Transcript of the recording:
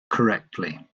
correctly